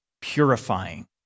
purifying